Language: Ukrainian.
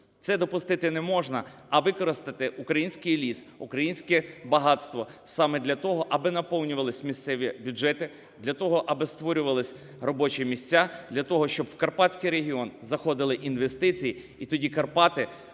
Це допустити не можна, а використати українській ліс, українське багатство саме для того, аби наповнювалися місцеві бюджети, для того, аби створювалися робочі місця для того, щоб в Карпатський регіон заходили інвестиції, і тоді Карпати